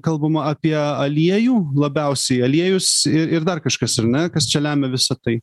kalbama apie aliejų labiausiai aliejus i ir dar kažkas ar na kas čia lemia visa tai